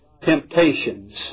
temptations